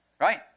Right